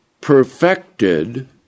perfected